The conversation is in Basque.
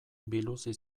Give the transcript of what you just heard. biluzi